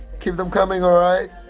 keep them coming, alright?